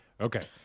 okay